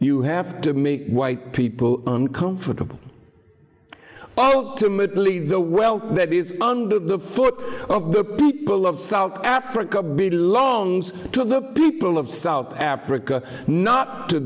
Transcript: you have to make white people uncomfortable oh timidly the well that is under the foot of the people of south africa belongs to the people of south africa not to